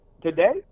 Today